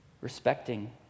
respecting